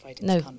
no